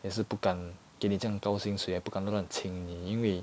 也是不敢给你这样高薪水也不敢乱乱请你因为